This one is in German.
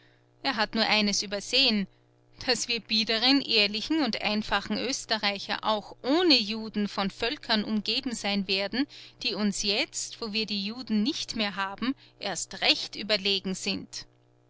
er hat nur eines übersehen daß wir biederen ehrlichen und einfachen oesterreicher auch ohne juden von völkern umgeben sein werden die uns jetzt wo wir die juden nicht mehr haben erst recht überlegen sind